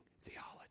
theology